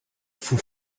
faut